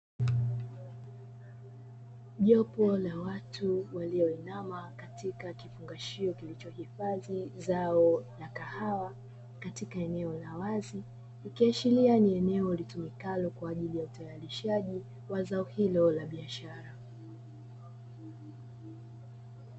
Jopo la watu walio inama katika kifungashio kilichohifadhi zao la kahawa katika eneo la wazi, ikiashiria ni eneo litumikalo kwaajili ya utayarishaji wa zao hilo la biashara.